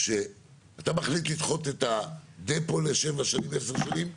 שאתה מחליט לדחות את הדפו לשבע שנים, עשר שנים.